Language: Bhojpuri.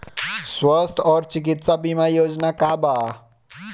स्वस्थ और चिकित्सा बीमा योजना का बा?